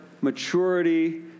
maturity